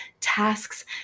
tasks